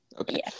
Okay